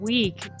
Week